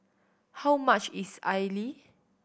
how much is idly